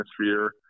atmosphere